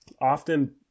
Often